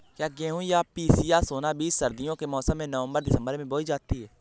क्या गेहूँ या पिसिया सोना बीज सर्दियों के मौसम में नवम्बर दिसम्बर में बोई जाती है?